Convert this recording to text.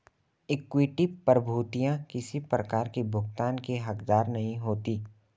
equity प्रभूतियाँ किसी प्रकार की भुगतान की हकदार नहीं होती